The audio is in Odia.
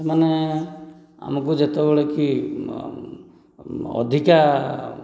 ସେମାନେ ଆମକୁ ଯେତେବେଳେ କି ଅଧିକା